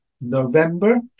November